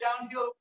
downhill